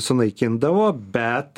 sunaikindavo bet